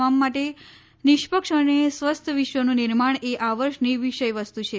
તમામ માટે નિષ્પક્ષ અને સ્વસ્થ વિશ્વનું નિર્માણ એ આ વર્ષની વિષય વસ્તુ છે